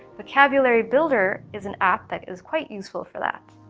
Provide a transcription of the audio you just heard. vocabulary builder is an app that is quite useful for that.